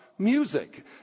Music